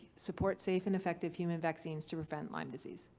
support safe and effective human vaccines to prevent lyme disease,